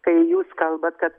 kai jūs kalbat kad